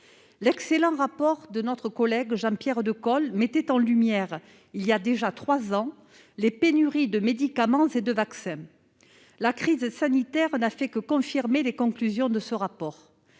l'excellent rapport de notre collègue Jean-Pierre Decool mettait en lumière les pénuries de médicaments et de vaccins. La crise sanitaire n'a fait que confirmer les conclusions de ce travail.